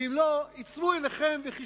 ואם לא, עצמו עיניכם וחשבו